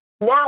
Now